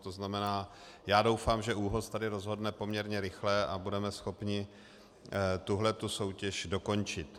To znamená, já doufám, že ÚOHS tady rozhodne poměrně rychle a budeme schopni tuto soutěž dokončit.